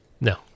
No